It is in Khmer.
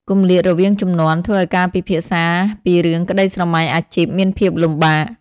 គម្លាតរវាងជំនាន់ ធ្វើឱ្យការពិភាក្សាពីរឿងក្តីស្រមៃអាជីពមានភាពលំបាក។